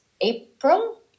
April